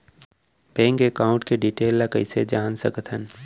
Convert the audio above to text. Bank account के detail ल कइसे जान सकथन?